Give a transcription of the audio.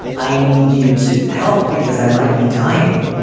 i need you to help because i might be dying.